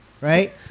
right